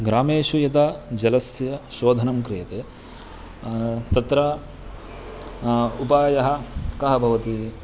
ग्रामेषु यदा जलस्य शोधनं क्रियते तत्र उपायः कः भवति